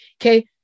Okay